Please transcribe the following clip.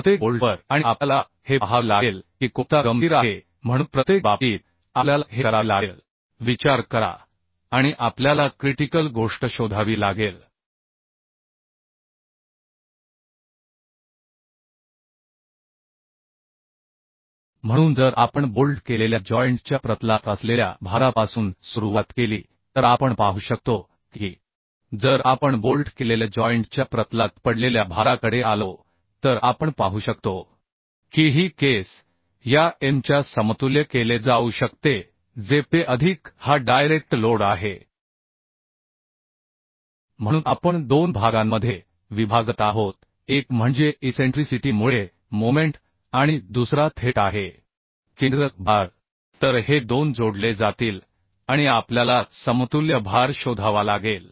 प्रत्येक बोल्टवर आणि आपल्याला हे पाहावे लागेल की कोणता गंभीर आहे म्हणून प्रत्येक बाबतीत आपल्याला हे करावे लागेल विचार करा आणि आपल्याला क्रिटिकल गोष्ट शोधावी लागेल म्हणून जर आपण बोल्ट केलेल्या जॉइंट च्या प्रतलात असलेल्या भारापासून सुरुवात केली तर ते आपण पाहू शकतो जर आपण बोल्ट केलेल्या जॉइंट च्या प्रतलात पडलेल्या भाराकडे आलो तर आपण पाहू शकतो की ही केस या Mच्या समतुल्य केले जाऊ शकते जे Pe अधिक हा डायरेक्ट लोड आहे म्हणून आपण दोन भागांमध्ये विभागत आहोत एक म्हणजे इसेंट्रीसिटी मुळे मोमेंट आणि दुसरा थेट आहे केंद्रक भार तर हे दोन जोडले जातील आणि आपल्याला समतुल्य भार शोधावा लागेल